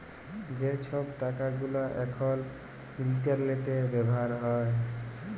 যে ছব টাকা গুলা এখল ইলটারলেটে ব্যাভার হ্যয়